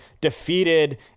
defeated